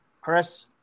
Chris